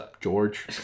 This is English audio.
George